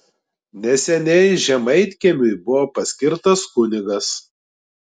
neseniai žemaitkiemiui buvo paskirtas kunigas